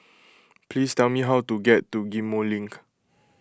please tell me how to get to Ghim Moh Link